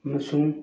ꯑꯃꯁꯨꯡ